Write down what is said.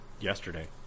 yesterday